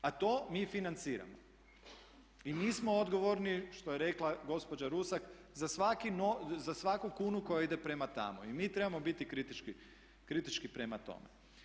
A to mi financiramo i mi smo odgovorni što je rekla gospođa Rusak za svaku kunu koja ide prema tamo i mi trebamo biti kritički prema tome.